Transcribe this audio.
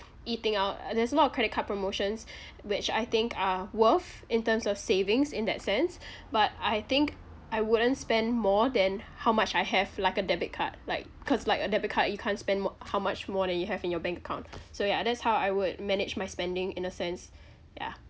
eating out there's a lot of credit card promotions which I think are worth in terms of savings in that sense but I think I wouldn't spend more than how much I have like a debit card like cause like a debit card you can't spend mo~ how much more than you have in your bank account so ya that's how I would manage my spending in a sense yeah